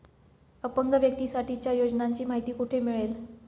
अपंग व्यक्तीसाठीच्या योजनांची माहिती कुठे मिळेल?